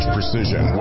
Precision